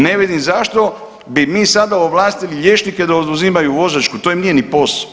Ne vidim zašto bi mi sada ovlastili liječnike da oduzimaju vozačku to im nije ni posao.